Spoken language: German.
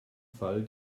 fall